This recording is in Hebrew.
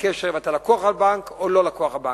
אם אתה לקוח הבנק ואם אתה לא לקוח הבנק.